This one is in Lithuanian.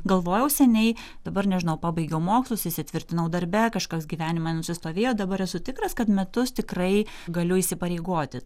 galvojau seniai dabar nežinau pabaigiau mokslus įsitvirtinau darbe kažkas gyvenime nusistovėjo dabar esu tikras kad metus tikrai galiu įsipareigoti